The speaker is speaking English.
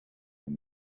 and